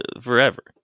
forever